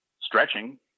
stretching